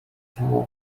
town